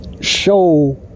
show